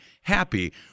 happy